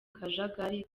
kajagari